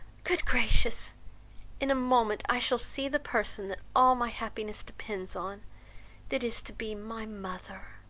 good gracious in a moment i shall see the person that all my happiness depends on that is to be my mother!